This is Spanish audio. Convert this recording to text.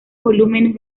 volúmenes